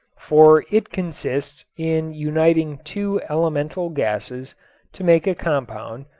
for it consists in uniting two elemental gases to make a compound,